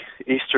Eastern